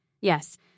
Yes